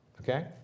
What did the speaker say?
Okay